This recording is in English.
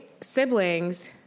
siblings